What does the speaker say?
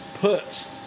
put